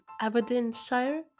Aberdeenshire